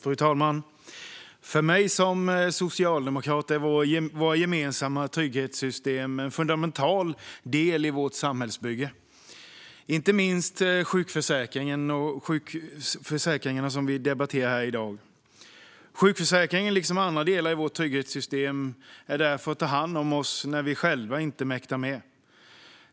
Fru talman! För mig som socialdemokrat är våra gemensamma trygghetssystem en fundamental del i vårt samhällsbygge. Det gäller inte minst sjukförsäkringen, som vi debatterar här i dag. Sjukförsäkringen, liksom andra delar i vårt trygghetssystem, finns där för att ta hand om oss när vi själva inte mäktar med.